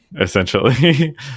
essentially